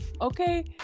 okay